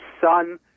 son